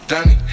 Danny